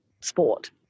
sport